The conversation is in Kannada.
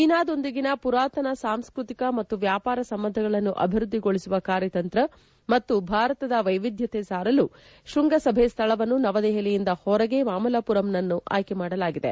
ಚೀನಾದೊಂದಿಗಿನ ಮರಾತನ ಸಾಂಸ್ಕೃತಿಕ ಮತ್ತು ವ್ಯಾಪಾರ ಸಂಬಂಧಗಳನ್ನು ಅಭಿವ್ಯದ್ವಿಗೊಳಿಸುವ ಕಾರ್ಕತಂತ್ರ ಮತ್ತು ಭಾರತದ ವೈವಿಧ್ಯತೆ ಸಾರಲು ಶೃಂಗಸಭೆ ಸ್ಥಳವನ್ನು ನವದೆಹಲಿಯಿಂದ ಹೊರಗೆ ಮಾಮಲ್ಲಪುರಂ ಆಯ್ಕೆ ಮಾಡಲಾಗಿದೆ